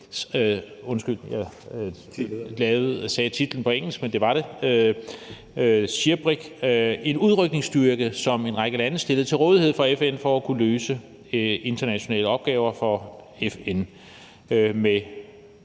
undskyld, at jeg sagde titlen på engelsk, men det hedder det – en udrykningsstyrke, som en række lande stillede til rådighed for FN for at kunne løse internationale opgaver for FN